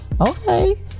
Okay